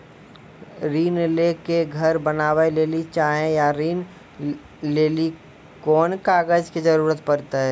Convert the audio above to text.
ऋण ले के घर बनावे लेली चाहे या ऋण लेली कोन कागज के जरूरी परतै?